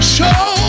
Show